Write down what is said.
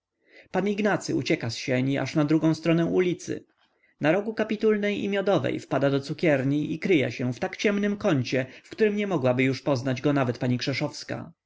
pan ignacy ucieka z sieni aż na drugą stronę ulicy na rogu kapitulnej i miodowej wpada do cukierni i kryje się w tak ciemnym kącie w którym nie mogłaby już poznać go nawet pani krzeszowska każe